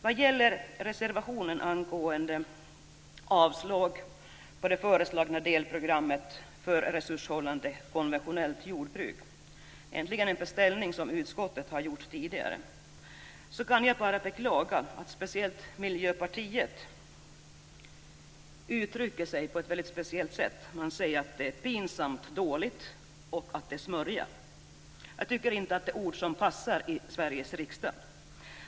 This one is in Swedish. Vad gäller reservationen angående avslag på det föreslagna delprogrammet för resurshushållande konventionellt jordbruk - egentligen en beställning som utskottet gjort tidigare - kan jag bara beklaga att särskilt Miljöpartiet uttrycker sig på ett väldigt speciellt sätt. Man säger att det är pinsamt dåligt och att det är smörja. Jag tycker inte att det är ord som passar i Sveriges riksdag.